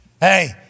hey